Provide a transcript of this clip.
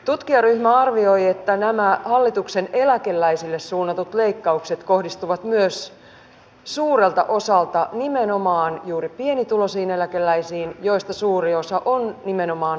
tutkijaryhmä arvioi että nämä hallituksen eläkeläisille suunnatut leikkaukset kohdistuvat suurelta osalta juuri pienituloisiin eläkeläisiin joista suuri osa on nimenomaan naisia